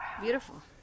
beautiful